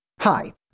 Hi